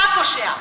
אתה הפושע.